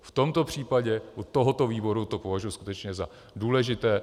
V tomto případě u tohoto výboru to považuji skutečně za důležité.